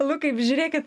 lukai žiūrėkit